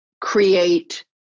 create